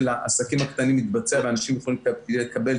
העסקים הקטנים יתבצע ואנשים יכולים לקבל,